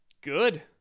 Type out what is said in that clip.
Good